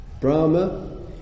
Brahma